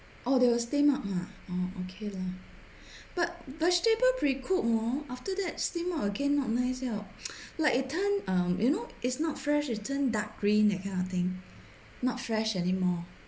orh they will steam up !huh! orh okay lor but vegetable pre-cooked hor after that steam up again not nice liao like the time um you know it's not fresh it turn dark green that kind of thing not fresh anymore